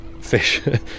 fish